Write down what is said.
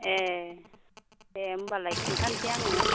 ए ए होनबालाय खिन्थासै आङो